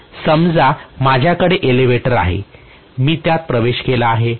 समजा माझ्याकडे एलेवेटेर आहे मी त्यात प्रवेश केला आहे